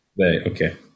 okay